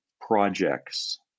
projects